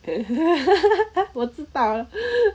我知道了